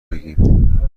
بگیم